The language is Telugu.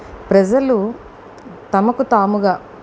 ప్రజలు తమకు తాముగా